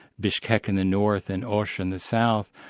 bishkek in the north and osh in the south,